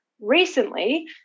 Recently